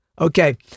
Okay